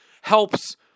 helps